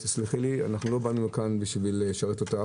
תסלחי לי, אנחנו לא באנו לכאן לשרת אותך,